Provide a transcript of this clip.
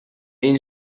این